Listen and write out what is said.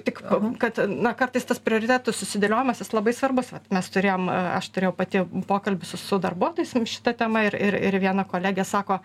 tik kad na kartais tas prioritetų susidėliojimas jis labai svarbus vat mes turėjom aš turėjau pati pokalbį su darbuotojais šita tema ir ir ir viena kolegė sako